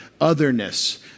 otherness